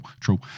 True